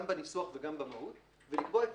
גם בניסוח וגם במהות ולקבוע את